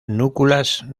núculas